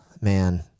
man